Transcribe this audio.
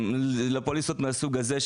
לפוליסות מהסוג הזה,